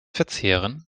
verzehren